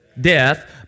death